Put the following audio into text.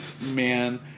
Man